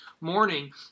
morning